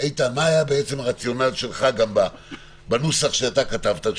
היה הרציונל שלך בנוסח שכתבת,